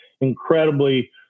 incredibly